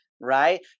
right